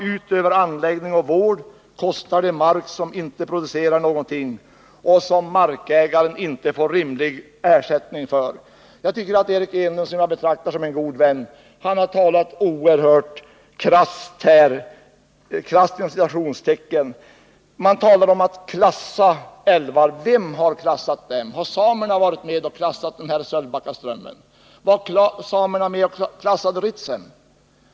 Utöver anläggning och vård kostar de mark som inte producerar någonting och som markägaren inte får rimlig ersättning för. Jag tycker att Eric Enlund, som jag betraktar som en god vän, har talat oerhört ”krasst”. Vem har klassat älvar? Har samerna varit med och klassat Sölvbackaströmmarna? Var samerna med och klassade Ritsem?